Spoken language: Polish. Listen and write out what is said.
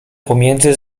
pomiędzy